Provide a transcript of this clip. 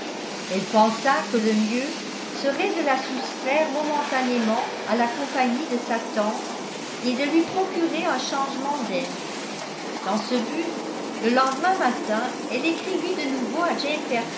elle pensa que le mieux serait de la soustraire momentanément à la compagnie de sa tante et de lui procurer un changement d'air dans ce but le lendemain matin elle écrivit de nouveau à